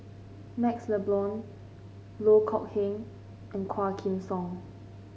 MaxLe Blond Loh Kok Heng and Quah Kim Song